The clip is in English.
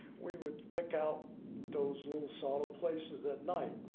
we would pick out those little solid places at night.